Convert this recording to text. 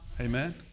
Amen